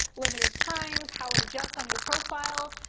limited times, how it adjusts on your profile.